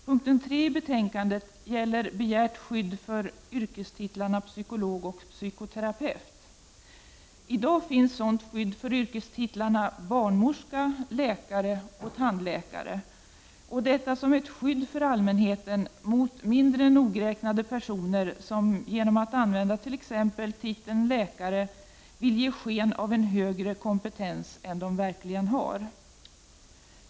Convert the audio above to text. Punkt 3 i betänkandet gäller begärt skydd för yrkestitlarna psykolog och psykoterapeut. I dag finns sådant skydd för yrkestitlarna barnmorska, läkare och tandläkare, detta som ett skydd för allmänheten mot mindre nogräknade personer som genom att använda t.ex. titeln läkare vill ge sken av högre kompetens än de verkligen har.